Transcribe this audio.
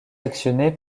actionné